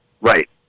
Right